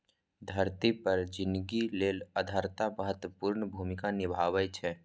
धरती पर जिनगी लेल आर्द्रता महत्वपूर्ण भूमिका निभाबै छै